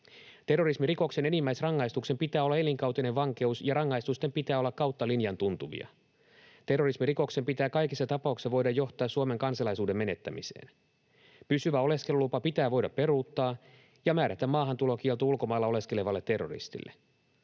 Terrorismirikoksen enimmäisrangaistuksen pitää olla elinkautinen vankeus, ja rangaistusten pitää olla kautta linjan tuntuvia. Terrorismirikoksen pitää kaikissa tapauksissa voida johtaa Suomen kansalaisuuden menettämiseen. Pysyvä oleskelulupa pitää voida peruuttaa ja määrätä maahantulokielto ulkomailla oleskelevalle terroristille.